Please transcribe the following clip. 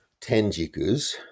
tenjikus